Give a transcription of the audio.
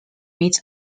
meet